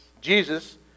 Jesus